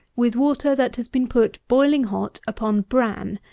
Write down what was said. with water that has been put, boiling hot, upon bran,